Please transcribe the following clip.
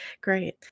great